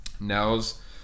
Nels